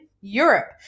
Europe